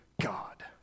God